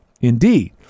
Indeed